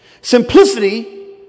Simplicity